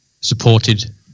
supported